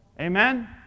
Amen